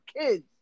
kids